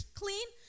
clean